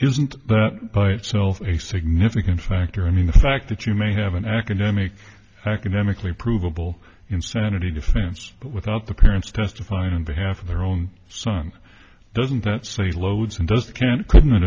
isn't that by itself a significant factor i mean the fact that you may have an academic academically provable insanity defense but without the parents testify on behalf of their own son doesn't that say loads and does can't couldn't an